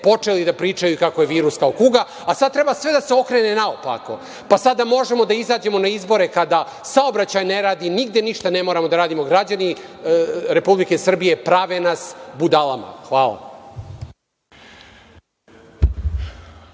počeli da pričaju kako je virus kao kuga, a sad treba sve da se okrene naopako. Sada možemo da izađemo na izbore kada saobraćaj ne radi, nigde ništa ne moramo da radimo. Građani Republike Srbije, prave nas budalama. Hvala.